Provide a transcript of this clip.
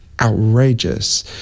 outrageous